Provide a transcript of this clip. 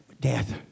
Death